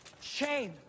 Shame